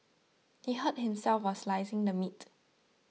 he hurt himself while slicing the meat